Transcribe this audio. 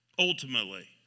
Ultimately